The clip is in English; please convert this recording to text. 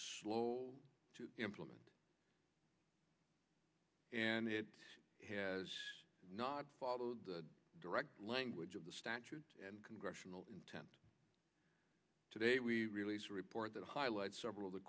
slow to implement and it has not followed the direct language of the statute and congressional intent today we released a report that highlights several